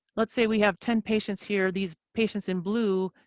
let's say we have ten patients here. these patients in blue